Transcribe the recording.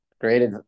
Great